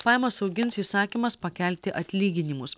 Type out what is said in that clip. pajamas augins įsakymas pakelti atlyginimus